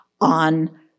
on